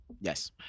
Yes